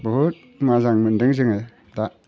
बहुद मोजां मोनदों जोङो दा